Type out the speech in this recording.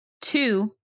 Two